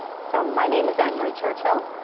so my name is ah annmarie churchill.